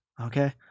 Okay